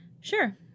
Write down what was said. Sure